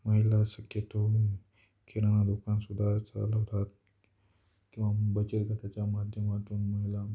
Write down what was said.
महिला शक्यतो किराणा दुकानसुद्धा चालवतात किंवा बचत गटाच्या माध्यमातून महिला